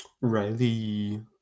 Riley